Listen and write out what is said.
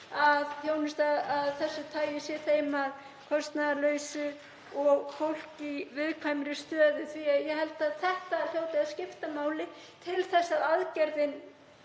að þjónusta af þessu tagi sé því að kostnaðarlausu og fólk í viðkvæmri stöðu. Ég held að þetta hljóti að skipta máli til að aðgerðin